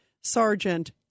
Sergeant